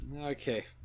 Okay